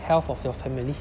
health of your family